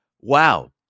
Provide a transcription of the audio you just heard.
Wow